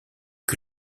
que